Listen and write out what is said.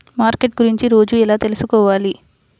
Market గురించి రోజు ఎలా తెలుసుకోవాలి?